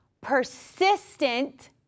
persistent